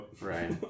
Right